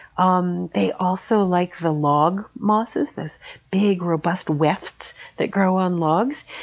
um they also like the log mosses, those big, robust wefts that grow on logs.